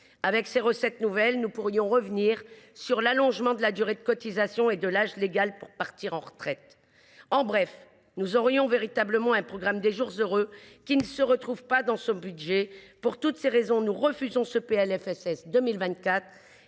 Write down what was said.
Avec ces recettes nouvelles, nous pourrions revenir sur l’allongement de la durée de cotisation et sur le report de l’âge légal de départ à la retraite. En bref, nous aurions véritablement un programme des « jours heureux », ce qui n’est pas le cas avec ce budget. Pour toutes ces raisons, nous refusons ce PLFSS pour